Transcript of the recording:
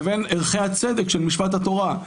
לבין ערכי הצדק של משפט התורה.